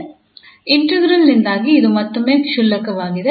integral ನಿಂದಾಗಿ ಇದು ಮತ್ತೊಮ್ಮೆ ಕ್ಷುಲ್ಲಕವಾಗಿದೆ